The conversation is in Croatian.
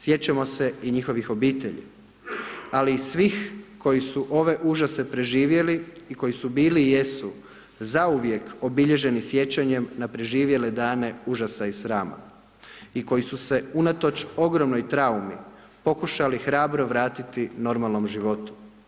Sjećamo se i njihovih obitelji, ali i svih koji su ove užase preživjeli i koji su bili i jesu, zauvijek obilježeni sjećanjem na preživjele dane užasa i srama i koji su se unatoč ogromnoj traumi pokušali hrabro vratiti normalnom životu.